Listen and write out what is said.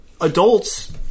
adults